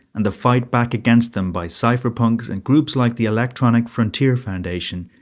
and the fight back against them by cypherpunks and groups like the electronic frontier foundation,